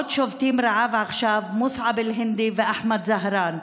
עוד שובתים רעב עכשיו מוסעב אלהינדי ואחמד זהראן,